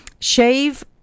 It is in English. Shave